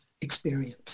experience